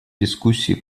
дискуссии